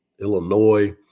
Illinois